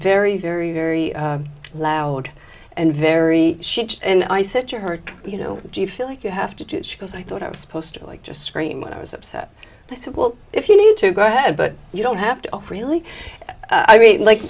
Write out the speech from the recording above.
very very very loud and very shy and i said to her you know do you feel like you have to because i thought i was supposed to like just scream when i was upset i said well if you need to go ahead but you don't have to offer really i mean like